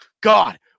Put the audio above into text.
God